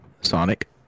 Sonic